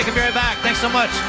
ah back. thanks so much!